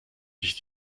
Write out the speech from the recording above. sich